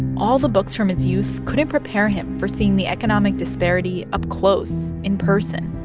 all the books from his youth couldn't prepare him for seeing the economic disparity up close in person.